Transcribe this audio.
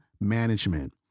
management